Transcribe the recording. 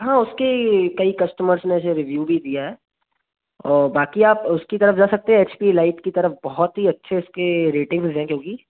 हाँ उसके कई कस्टमर्स ने ऐसे रिव्यू भी दिया है और बाक़ी आप उसकी तरफ़ जा सकते हैं एच पी लाइट की तरफ़ बहुत ही अच्छे उसके रेटिंग मिले रहें क्योंकि